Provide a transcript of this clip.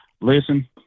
listen